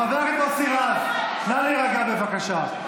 חבר הכנסת מוסי רז, נא להירגע, בבקשה.